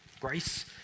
Grace